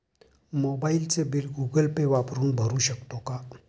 मोबाइलचे bill Google Pay वापरून भरू शकतो का?